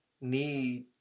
need